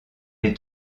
est